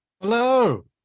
Hello